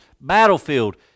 battlefield